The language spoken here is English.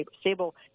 stable